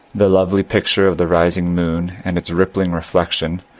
the lovely picture of the rising moon and its rippling reflection,